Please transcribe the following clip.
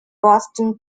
boston